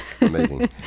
Amazing